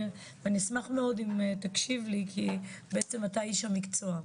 אני אשמח מאוד אם תקשיב לי כי בעצם אתה איש המקצוע.